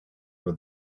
for